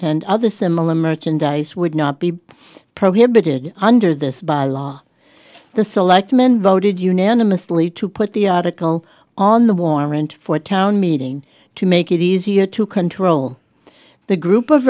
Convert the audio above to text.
and other similar merchandise would not be prohibited under this by law the selectmen voted unanimously to put the article on the warrant for town meeting to make it easier to control the group of